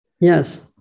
yes